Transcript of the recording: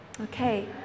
Okay